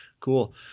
Cool